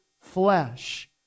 flesh